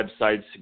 websites